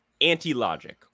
anti-logic